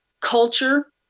culture